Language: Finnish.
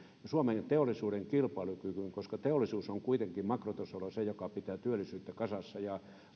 ja suomen teollisuuden kilpailukykyyn koska teollisuus on kuitenkin makrotasolla se joka pitää työllisyyttä kasassa ja